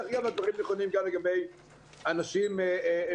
דרך אגב, הדברים נכונים גם לגבי אנשים מבוגרים.